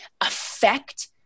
affect